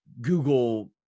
Google